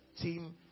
team